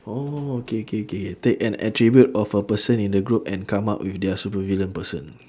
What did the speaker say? oh okay K K take an attribute of a person in the group and come up with their supervillain person